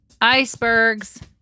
Icebergs